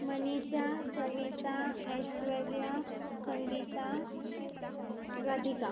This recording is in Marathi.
मनीषा सविता ऐश्वर्या संगीता राधिका